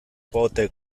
pote